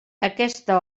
aquesta